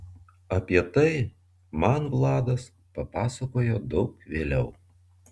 apie tai man vladas papasakojo daug vėliau